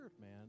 man